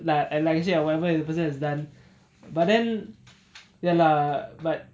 like like what you say lah or whatever if the person has done but then ya lah but